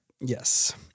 Yes